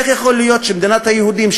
איך יכול להיות שמדינת היהודים,